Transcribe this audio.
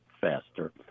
faster